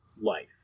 life